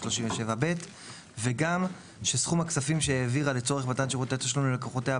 37(ב); וגם שסכום הכספים שהעבירה לצורך מתן שירותי תשלום ללקוחותיה,